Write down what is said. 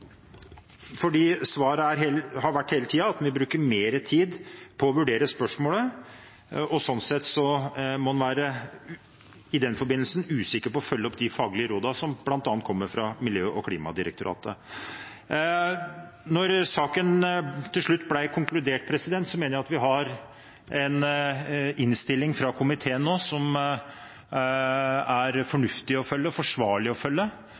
Svaret har hele tiden vært at vi må bruke mer tid på å vurdere spørsmålet, og sånn sett må en i den forbindelse være usikker på å følge opp de faglige rådene som bl.a. kommer fra Miljødirektoratet. Når saken til slutt ble konkludert, mener jeg at vi nå har en innstilling fra komiteen som det er fornuftig å følge og forsvarlig å følge,